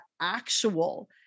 actual